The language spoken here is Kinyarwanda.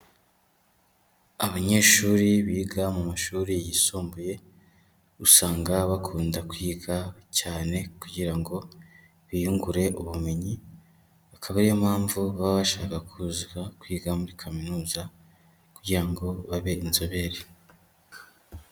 Abanyeshuri biga mu mashuri yisumbuye, usanga bakunda kwiga cyane kugira ngo biyungure ubumenyi, akaba ari yo mpamvu baba bashaka kuza kwiga muri kaminuza, kugira ngo babe inzobere.